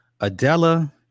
Adela